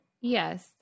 Yes